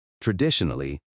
Traditionally